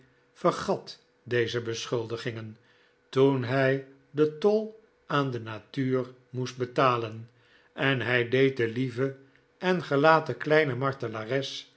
vergat deze beschuldigingen toen hij den tol aan de natuur moest betalen en hij deed de lieve en gelaten kleine